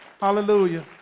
Hallelujah